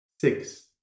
six